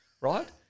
right